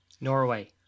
Norway